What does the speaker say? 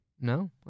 No